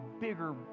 bigger